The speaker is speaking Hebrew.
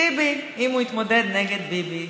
טיבי, אם הוא יתמודד נגד ביבי".